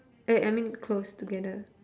eh I mean close together